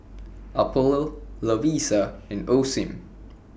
Apollo Lovisa and Osim